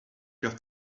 your